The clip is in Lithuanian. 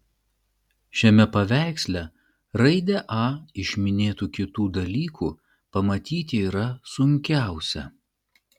šiame paveiksle raidę a iš minėtų kitų dalykų pamatyti yra sunkiausia